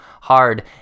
hard